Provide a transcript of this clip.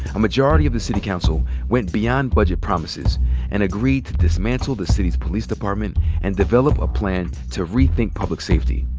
a majority of the city council went beyond budget promises and agreed to dismantle the city's police department and develop a plan to rethink public safety.